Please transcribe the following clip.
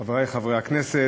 תודה רבה, חברי חברי הכנסת,